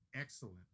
excellent